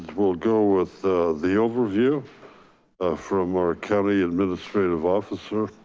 we'll go with the overview from our county administrative officer.